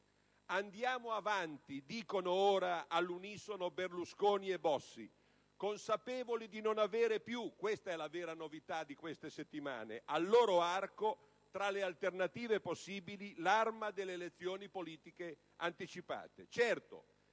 Andiamo avanti, dicono ora all'unisono Berlusconi e Bossi, consapevoli di non avere più al loro arco, questa è la vera novità di queste settimane, tra le alternative possibili l'arma delle elezioni politiche anticipate.